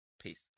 Peace